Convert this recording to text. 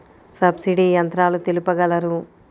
Subsidy యంత్రాలు తెలుపగలరు?